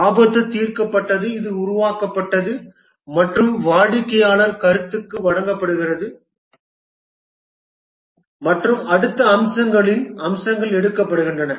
ஆபத்து தீர்க்கப்பட்டது இது உருவாக்கப்பட்டது மற்றும் வாடிக்கையாளர் கருத்துக்காக வழங்கப்படுகிறது மற்றும் அடுத்த அம்சங்களின் அம்சங்கள் எடுக்கப்படுகின்றன